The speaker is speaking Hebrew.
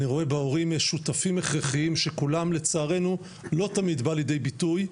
אני רואה בהורים שותפים הכרחיים שקולם לצערנו לא תמיד בא לידי ביטוי.